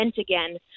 again